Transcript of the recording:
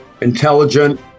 intelligent